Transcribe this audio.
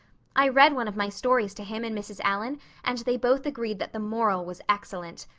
i read one of my stories to him and mrs. allan and they both agreed that the moral was excellent.